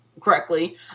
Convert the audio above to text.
correctly